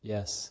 Yes